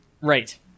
Right